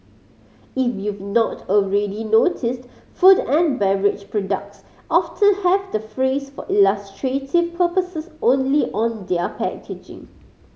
if you've not already noticed food and beverage products often have the phrase for illustrative purposes only on their packaging